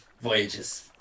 voyages